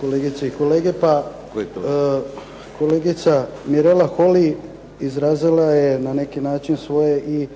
kolegice i kolege. Pa, kolegica Mirela Holy izrazila je na neki način svoje i